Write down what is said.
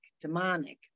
demonic